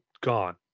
gone